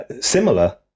similar